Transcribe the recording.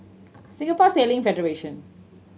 Singapore Sailing Federation